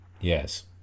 Yes